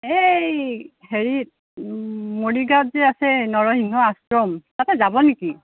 এই হেৰিত মৰিগাঁৱত যে আছে নৰসিংহ আশ্ৰম তাতে যাব নেকি